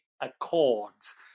Accords